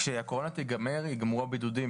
אבל כשהקורונה תיגמר יגמרו איתה גם הנחיות בבידוד,